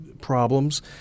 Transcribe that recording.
problems